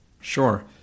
Sure